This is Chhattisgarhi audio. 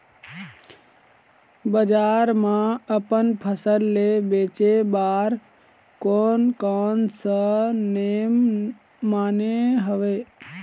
बजार मा अपन फसल ले बेचे बार कोन कौन सा नेम माने हवे?